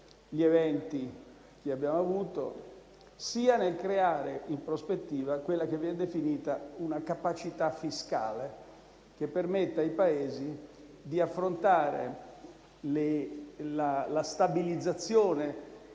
come quelli che abbiamo vissuto, sia nel creare in prospettiva quella che viene definita una capacità fiscale, che permetta ai Paesi di affrontare la stabilizzazione